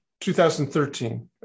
2013